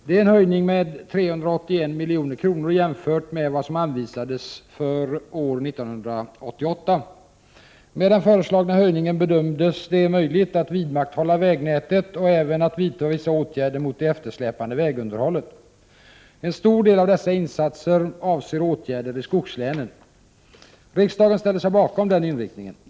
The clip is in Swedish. Det är en höjning med 381 milj.kr. jämfört med vad som anvisades för år 1988. Med den föreslagna höjningen bedömdes det möjligt att vidmakthålla vägnätet och även att vidta vissa åtgärder mot det eftersläpande vägunderhållet. En stor del av dessa insatser avser åtgärder i skogslänen. Riksdagen ställde sig bakom den inriktningen.